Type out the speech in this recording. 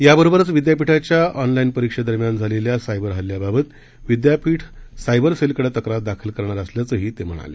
या बरोबरच विद्यापीठाच्या ऑनलाइन परीक्षे दरम्यान झालेल्या सायबर हल्ल्याबाबत विद्यापीठ सायबरसेलकडे तक्रार दाखल करणार असल्याचंही ते म्हणाले